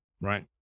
Right